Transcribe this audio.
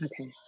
Okay